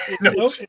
no